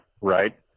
Right